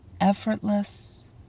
effortless